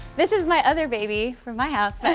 this is my other baby from my house. but